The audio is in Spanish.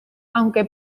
aunque